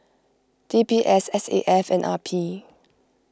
D B S S A F and R P